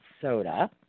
soda